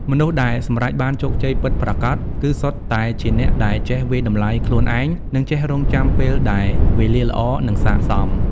មនុស្សដែលសម្រេចបានជោគជ័យពិតប្រាកដ គឺសុទ្ធតែជាអ្នកដែលចេះវាយតម្លៃខ្លួនឯង និងចេះរង់ចាំពេលដែលវេលាល្អ និងសាកសម។